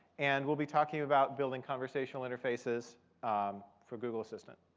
and we'll be talking about building conversational interfaces for google assistant.